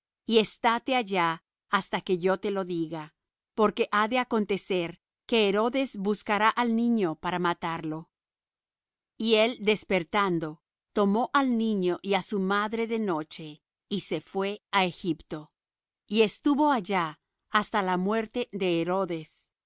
y estáte allá hasta que yo te lo diga porque ha de acontecer que herodes buscará al niño para matarlo y él despertando tomó al niño y á su madre de noche y se fué á egipto y estuvo allá hasta la muerte de herodes